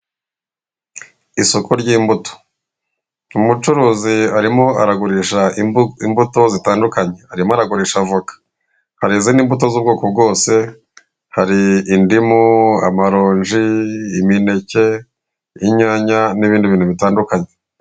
Isoko ry'imbuto umucuruzi arimo aragurisha imbuto zitandukanye, arimo aragurisha avoka hari izindi mbuto z'ubwoko bwose hari indimu, amaronji, imineke, inyanya n'ibindi bintu bitandukanye.